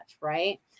right